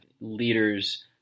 leaders